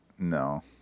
No